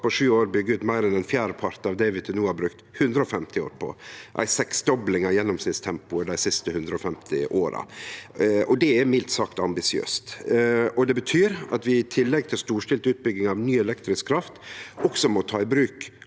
på sju år byggje ut meir enn ein fjerdepart av det vi til no har brukt 150 år på. Det er ei seksdobling av gjennomsnittstempoet dei siste 150 åra. Det er mildt sagt ambisiøst. Det betyr at vi i tillegg til storstilt utbygging av ny elektrisk kraft også må ta i bruk